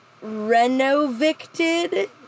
renovicted